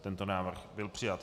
Tento návrh byl přijat.